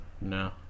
No